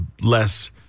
less